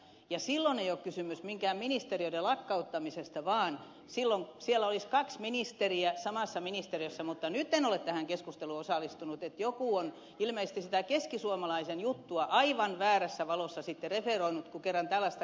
ja silloin ei ole kysymys minkään ministeriön lakkauttamisesta vaan siellä olisi kaksi ministeriä samassa ministeriössä mutta nyt en ole tähän keskusteluun osallistunut joten joku on ilmeisesti sitä keskisuomalaisen juttua aivan väärässä valossa sitten referoinut kun kerran tällaista keskustelua käydään